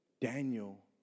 Daniel